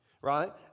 right